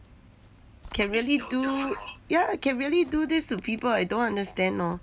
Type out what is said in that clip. can really do ya can really do this to people I don't understand orh